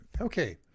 Okay